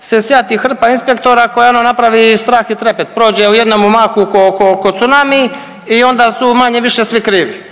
se sjati hrpa inspektora koja ono napravi strah i trepet, prođe u jednomu mahu ko, ko cunami i onda su manje-više svi krivi.